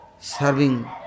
serving